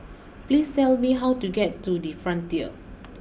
please tell me how to get to the Frontier